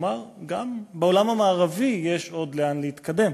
כלומר גם בעולם המערבי יש עוד לאן להתקדם.